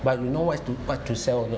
but you know what is to what to sell or not